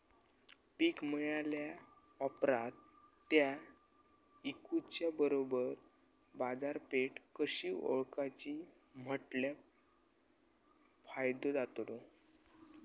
पीक मिळाल्या ऑप्रात ता इकुच्या बरोबर बाजारपेठ कशी ओळखाची म्हटल्या फायदो जातलो?